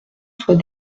soit